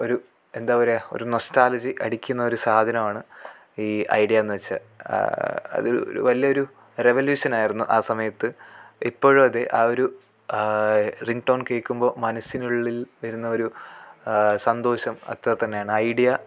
ഒരു എന്താപറയാ ഒരു നൊസ്റ്റാൾജി അടിക്കുന്ന ഒരു സാധനവാണ് ഈ ഐഡിയാന്നു വെച്ചാൽ അതൊരു വലിയൊരു റവലൂഷനായിരുന്നു ആ സമയത്ത് ഇപ്പോഴുവതേ ആ ഒരു റിങ്ടോൺ കേൾക്കുമ്പോൾ മനസ്സിനുള്ളിൽ വരുന്ന ഒരു സന്തോഷം അത്രതന്നെയാന് ഐഡിയ